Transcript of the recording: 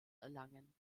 erlangen